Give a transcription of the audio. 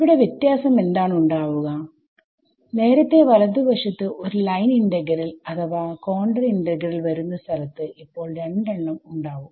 ഇവിടെ വ്യത്യാസം എന്താണ് ഉണ്ടാവുക നേരത്തെ വലതു വശത്തു ഒരു ലൈൻ ഇന്റഗ്രൽ അഥവാ കോണ്ടർ ഇന്റഗ്രൽവരുന്ന സ്ഥലത്ത് ഇപ്പോൾ രണ്ടെണ്ണം ഉണ്ടാവും